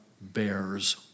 bears